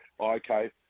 okay